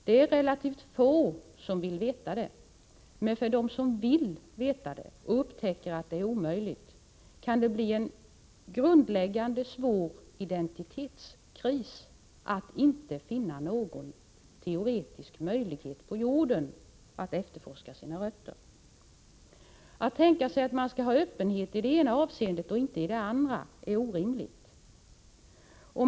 Det är relativt få som vill veta det, men för dem som vill veta och upptäcker att det är omöjligt kan det bli till en grundläggande, svår identitetskris att inte finna någon teoretisk möjlighet på jorden att efterforska sina rötter. Att tänka sig att ha öppenhet i det ena avseendet och inte i det andra är orimligt.